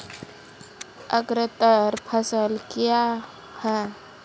अग्रतर फसल क्या हैं?